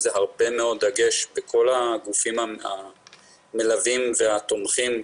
זה הרבה מאוד דגש בכל הגופים המלווים והתומכים.